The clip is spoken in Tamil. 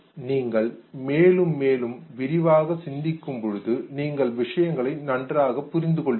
நீங்கள் மேலும் மேலும் விரிவாக சிந்திக்கும் பொழுது நீங்கள் விஷயங்களை நன்றாக புரிந்து கொள்வீர்கள்